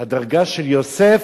הדרגה שיוסף,